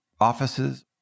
offices